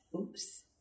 oops